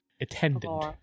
attendant